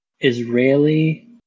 Israeli